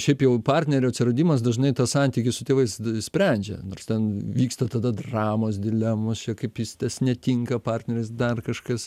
šiaip jau partnerio atsiradimas dažnai tuos santykius su tėvais sprendžia nors ten vyksta tada dramos dilemos čia kaip jis tas netinka partneris dar kažkas